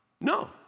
no